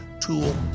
tool